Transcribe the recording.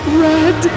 red